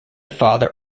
father